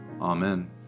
Amen